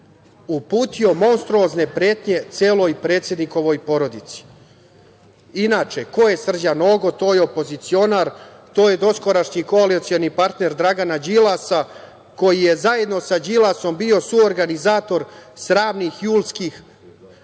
uputio monstruozne pretnje celoj predsednikovoj porodici. Inače, ko je Srđan Nogo? To je opozicionar, to je doskorašnji koalicioni partner Dragana Đilasa koji je, zajedno sa Đilasom, bio suorganizator sramnih julskih